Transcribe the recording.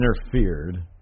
interfered